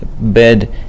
bed